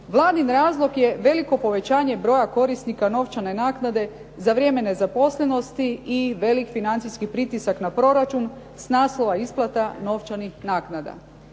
Vladin razlog je veliko povećanje broja korisnika novčane naknade za vrijeme nezaposlenosti i veliki financijski pritisak na proračuna s naslova isplata novčanih naknada.